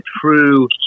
true